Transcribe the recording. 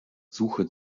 suche